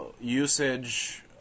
usage